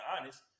honest